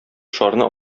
шарны